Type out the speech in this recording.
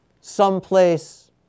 someplace